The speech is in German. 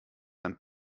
ein